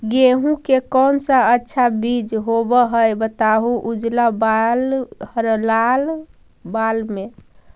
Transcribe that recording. गेहूं के कौन सा अच्छा बीज होव है बताहू, उजला बाल हरलाल बाल में?